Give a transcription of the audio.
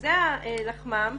שזה מטה לחמם,